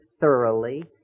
thoroughly